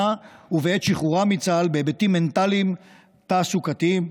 ובעת שחרורם מצה"ל בהיבטים מנטליים ותעסוקתיים,